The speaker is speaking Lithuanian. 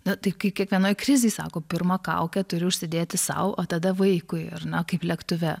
na tai kiekvienoj krizėje sako pirma kaukę turi užsidėti sau o tada vaikui ar ne kaip lėktuve